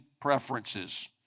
preferences